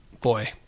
boy